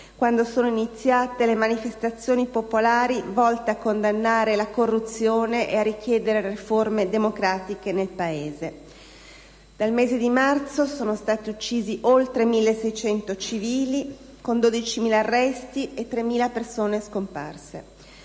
quando sono iniziate le manifestazioni popolari volte a condannare la corruzione e a richiedere riforme democratiche nel Paese. Dal mese di marzo sono stati uccisi oltre 1.600 civili, con 12.000 arresti e 3.000 persone scomparse;